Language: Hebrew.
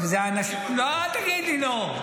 אל תגיד לי לא,